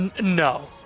No